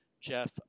Jeff